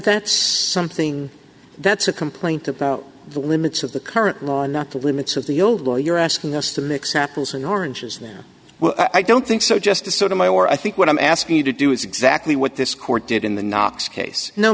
that's something that's a complaint about the limits of the current law and not the limits of the old law you're asking us to mix apples and oranges now well i don't think so just to sort of my or i think what i'm asking you to do is exactly what this court did in the knox case no